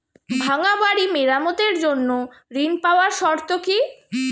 ভাঙ্গা বাড়ি মেরামতের জন্য ঋণ পাওয়ার শর্ত কি?